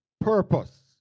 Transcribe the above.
purpose